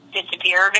disappeared